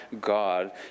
God